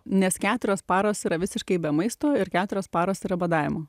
nes keturios paros yra visiškai be maisto ir keturios paros yra badavimo